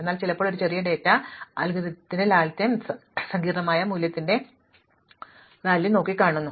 എന്നിരുന്നാലും ചിലപ്പോൾ ആ ചെറിയ ഡാറ്റ നിഷ്കളങ്കമായ അൽഗോരിത്തിന്റെ ലാളിത്യം സങ്കീർണ്ണമായ മൂല്യത്തിന്റെ സങ്കീർണ്ണതയെ മറികടക്കുന്നു